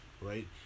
right